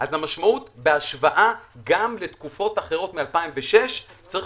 אז המשמעות בהשוואה גם לתקופות אחרות מ-2006 היא שצריך